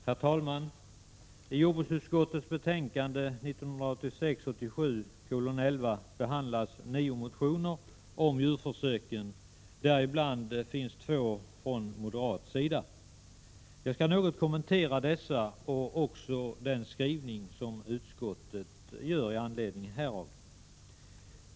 Herr talman! I jordbruksutskottets betänkande 1986/87:11 behandlas nio motioner om djurförsök, däribland två från moderat sida. Jag skall något kommentera dessa motioner och utskottets skrivning med anledning härav.